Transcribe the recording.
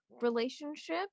relationship